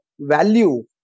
Value